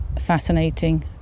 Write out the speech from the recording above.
fascinating